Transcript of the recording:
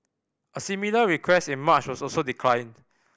a similar request in March was also declined